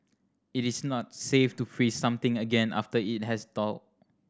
it is not safe to freeze something again after it has thawed